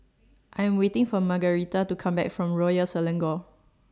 I'm waiting For Margarita to Come Back from Royal Selangor